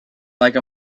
like